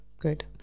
Good